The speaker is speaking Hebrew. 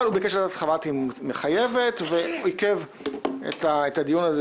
אבל הוא ביקש לדעת האם חוות הדעת מחייבת ועיכב את הדיון הזה